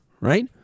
right